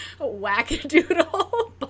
wackadoodle